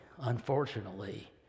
unfortunately